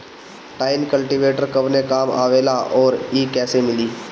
Tine cultivator कवने काम आवेला आउर इ कैसे मिली?